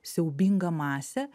siaubingą masę